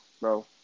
bro